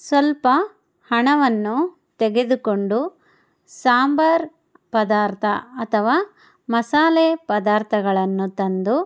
ಸ್ವಲ್ಪ ಹಣವನ್ನು ತೆಗೆದುಕೊಂಡು ಸಾಂಬಾರ್ ಪದಾರ್ಥ ಅಥವಾ ಮಸಾಲೆ ಪದಾರ್ಥಗಳನ್ನು ತಂದು